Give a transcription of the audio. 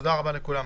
תודה רבה לכולם.